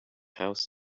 house